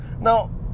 Now